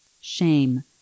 shame